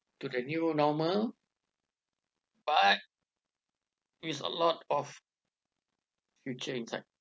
to the new normal but use a lot of future inside